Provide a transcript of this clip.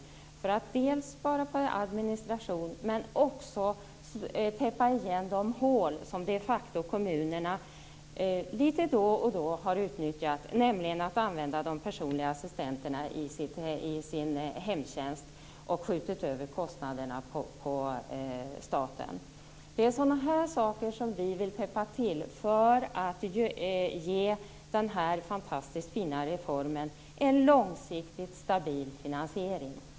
Det har vi gjort för att dels spara på administrationen, dels också täppa igen de hål som kommunerna de facto litet då och då har utnyttjat. De har nämligen använt de personliga assistenterna i sin hemtjänst och skjutit över kostnaderna på staten. Det är sådana här saker som vi vill täppa till för att ge den här fantastiskt fina reformen en långsiktigt stabil finansiering.